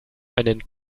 einen